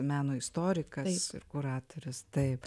meno istorikais ir kuratorius taip